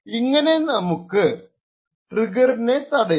ഇങ്ങനെ നമുക്ക് ട്രിഗറിനെ തടയാം